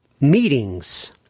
Meetings